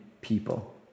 people